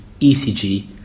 ECG